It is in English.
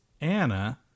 Anna